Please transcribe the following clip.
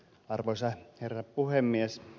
arvoisa herra puhemies